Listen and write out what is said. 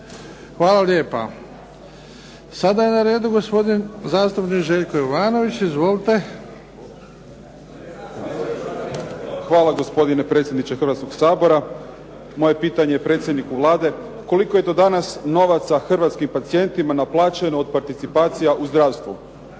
Hvala lijepa. Sada je na redu gospodin zastupnik Željko Jovanović. Izvolite. **Jovanović, Željko (SDP)** Hvala gospodine predsjedniče Hrvatskog sabora. Moje pitanje predsjedniku Vlade. Koliko je do danas novaca hrvatskim pacijentima naplaćeno od participacija u zdravstvu?